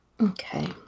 Okay